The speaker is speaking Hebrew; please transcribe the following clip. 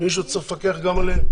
מישהו צריך לפקח גם עליהם.